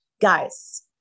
guys